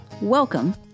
Welcome